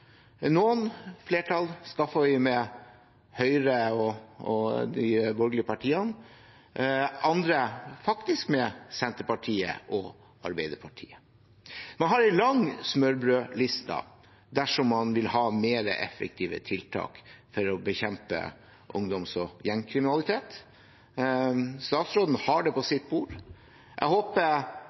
Noen flertall skaffet vi med Høyre og de andre borgerlige partiene, andre faktisk med Senterpartiet og Arbeiderpartiet. Man har en lang smørbrødliste dersom man vil ha mer effektive tiltak for å bekjempe ungdoms- og gjengkriminalitet. Statsråden har det på sitt bord. Jeg håper